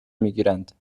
میگیرند